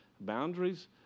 boundaries